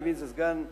אני מבין שזה סגן השר,